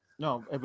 No